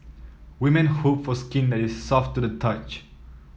women hope for skin that is soft to the touch